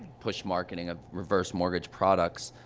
push marketing of reverse mortgage products.